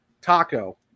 Taco